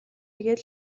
ийгээд